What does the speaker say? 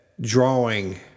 drawing